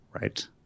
Right